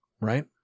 Right